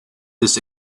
this